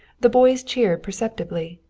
the boys cheered perceptibly.